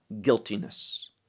guiltiness